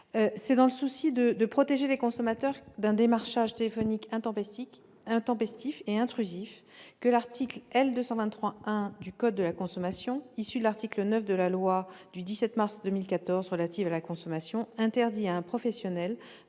c'est dans le souci de protéger les consommateurs d'un démarchage téléphonique intempestif et intrusif que l'article L. 223-1 du code de la consommation, issu de l'article 9 de la loi du 17 mars 2014 relative à la consommation, interdit à un professionnel